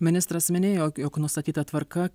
ministras minėjo jog jog nustatyta tvarka